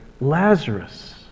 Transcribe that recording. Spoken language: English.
Lazarus